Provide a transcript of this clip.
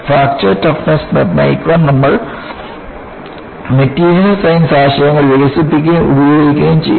fracture toughness നിർണ്ണയിക്കാൻ നമ്മൾ material science ആശയങ്ങൾ വികസിപ്പിക്കുകയും ഉപയോഗിക്കുകയും ചെയ്യും